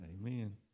amen